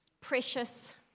precious